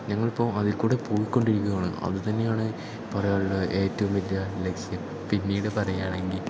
ഞങ്ങളിപ്പോൾ അതിൽകൂടെ പോയിക്കൊണ്ടിരിക്കുകയാണ് അതുതന്നെയാണ് ഇപ്പോൾ ഒരാളുടെ ഏറ്റവും വലിയ ലക്ഷ്യം പിന്നീട് പറയുകയാണെങ്കിൽ